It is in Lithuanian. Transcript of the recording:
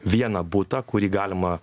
vieną butą kurį galima